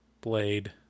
Blade